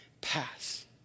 pass